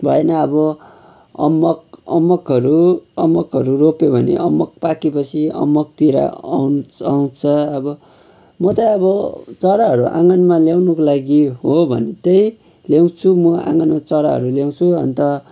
भएन अब अम्बक अम्बकहरू अम्बकहरू रोप्यो भने अम्बक पाकेपछि अम्बकतिर आउँछ आउँछ अब म त अब चराहरू आँगनमा ल्याउनुको लागि हो भने चाहिँ ल्याउँछु म आँगनमा चराहरू ल्याउँछु अन्त